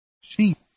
Sheep